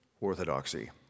orthodoxy